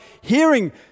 hearing